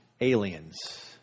aliens